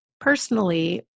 Personally